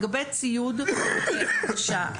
נתייחס לזה בסיכום בסדר.